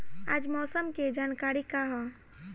आज मौसम के जानकारी का ह?